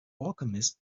alchemist